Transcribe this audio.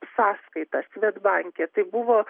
sąskaitą svedbanke tai buvo